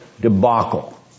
debacle